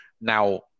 now